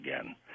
again